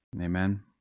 amen